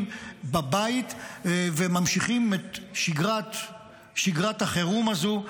בבית וממשיכים את שגרת החירום הזאת.